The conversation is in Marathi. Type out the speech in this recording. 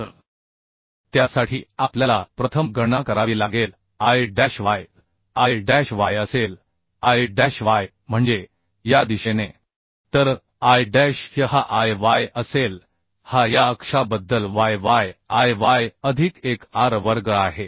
तर त्यासाठी आपल्याला प्रथम गणना करावी लागेल I dash y I dash y असेल I डॅश y म्हणजे या दिशेने तर I डॅश y हा I y असेल हा या अक्षाबद्दल y y I y अधिक एक R वर्ग आहे